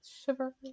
shiver